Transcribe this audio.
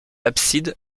abside